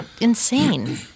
insane